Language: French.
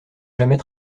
jamais